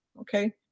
Okay